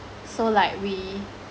so like we